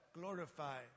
glorify